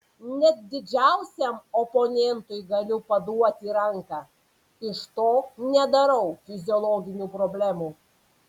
net didžiausiam oponentui galiu paduoti ranką iš to nedarau fiziologinių problemų